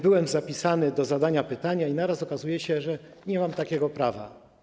Byłem zapisany do zadania pytania i naraz okazało się, że nie mam takiego prawa.